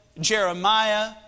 Jeremiah